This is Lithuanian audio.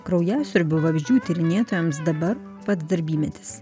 kraujasiurbių vabzdžių tyrinėtojams dabar pats darbymetis